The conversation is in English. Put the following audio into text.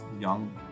young